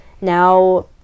now